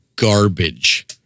Garbage